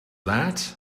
that